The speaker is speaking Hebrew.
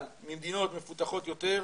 אבל ממדינות מפותחות יותר,